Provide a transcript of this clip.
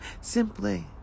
Simply